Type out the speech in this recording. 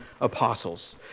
apostles